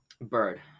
Bird